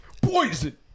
Poison